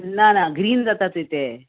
ना ना ग्रीन जाता तें